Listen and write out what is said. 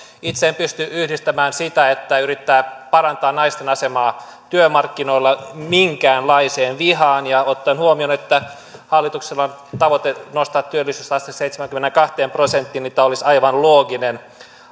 itse en pysty yhdistämään sitä että yrittää parantaa naisten asemaa työmarkkinoilla minkäänlaiseen vihaan ja ottaen huomioon että hallituksella on tavoite nostaa työllisyysaste seitsemäänkymmeneenkahteen prosenttiin tämä olisi aivan looginen